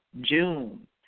June